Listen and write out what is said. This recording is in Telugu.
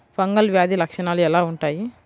ఫంగల్ వ్యాధి లక్షనాలు ఎలా వుంటాయి?